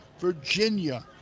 Virginia